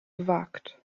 gewagt